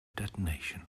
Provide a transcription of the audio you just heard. detonation